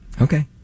Okay